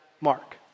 Mark